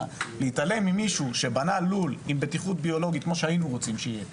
להתעלם ממישהו שבנה לול עם בטיחות ביולוגית כמו שהיינו רוצים שיהיה כאן,